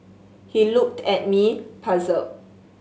he looked at me puzzled